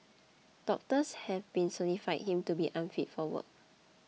doctors have been certified him to be unfit for work